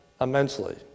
immensely